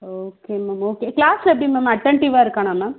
okay ma'am okay கிளாஸில் எப்படி ma'am அட்டன்டிவ்வாக இருக்கானா மேம்